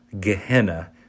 Gehenna